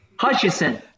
Hutchison